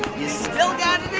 you still got